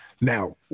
Now